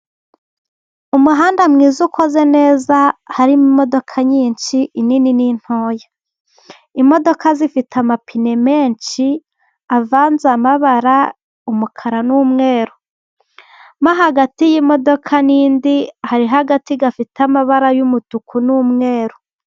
Umuhanda mwiza ukoze neza, hari imodoka nyinshi nini n'intoya, imodoka zifite amapine menshi avanze amabara umukara n'umweru, mo hagati y'imodoka n'indi hariho agati gafite amabara y'umutuku n'umweru.